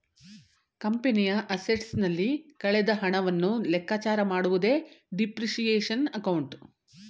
ಕಂಪನಿಯ ಅಸೆಟ್ಸ್ ನಲ್ಲಿ ಕಳೆದ ಹಣವನ್ನು ಲೆಕ್ಕಚಾರ ಮಾಡುವುದೇ ಡಿಪ್ರಿಸಿಯೇಶನ್ ಅಕೌಂಟ್